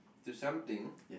to something